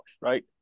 right